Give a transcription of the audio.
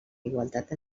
igualtat